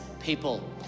people